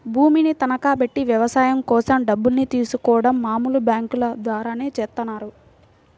భూమిని తనఖాబెట్టి వ్యవసాయం కోసం డబ్బుల్ని తీసుకోడం మామూలు బ్యేంకుల ద్వారానే చేత్తన్నారు